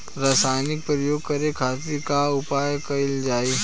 रसायनिक प्रयोग करे खातिर का उपयोग कईल जाइ?